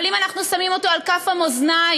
אבל אם אנחנו שמים על כפות המאזניים